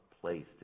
place